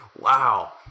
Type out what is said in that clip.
wow